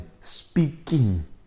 speaking